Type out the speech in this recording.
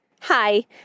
Hi